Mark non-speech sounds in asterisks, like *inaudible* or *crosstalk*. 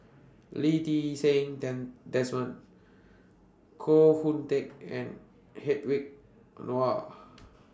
Lee Ti Seng *unintelligible* Desmond Koh Hoon Teck and Hedwig Anuar